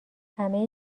همه